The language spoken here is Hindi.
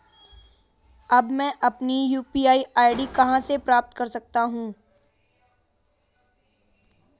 अब मैं अपनी यू.पी.आई आई.डी कहां से प्राप्त कर सकता हूं?